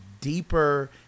deeper